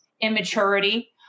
immaturity